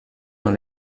dans